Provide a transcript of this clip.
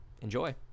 Enjoy